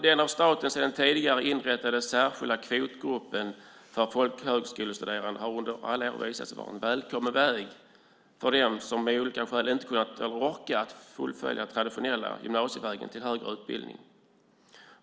Den av staten sedan tidigare inrättade särskilda kvotgruppen för folkhögskolestuderande har under alla år visat sig vara en välkommen väg för dem som av olika skäl inte kunnat eller orkat fullfölja den traditionella gymnasievägen till högre utbildning.